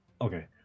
Okay